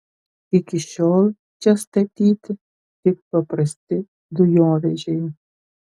iki šiol čia statyti tik paprasti dujovežiai